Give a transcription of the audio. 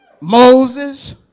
Moses